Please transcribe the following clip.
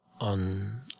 on